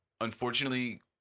unfortunately